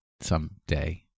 someday